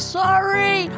sorry